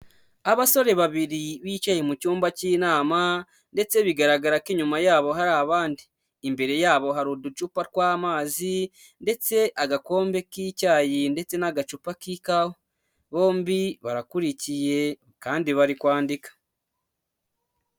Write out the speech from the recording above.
Abasore babiri bicaye mu cyumba k'inama ndetse bigaragara ko inyuma yabo hari abandi, imbere yabo hari uducupa tw'amazi ndetse agakombe k'icyayi ndetse n'agacupa k'ikawa, bombi barakurikiye kandi bari kwandika.